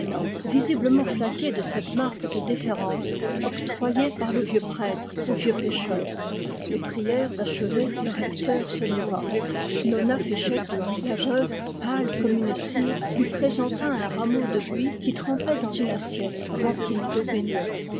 visiblement flatté de cette marque de déférence octroyée par le vieux prêtre au vieux pêcheur les prières achevées le recteur se leva nona féchec la veuve pâle comme une cire lui présenta un rameau de buis qui trempait dans une assiette remplie d'eau bénite